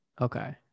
Okay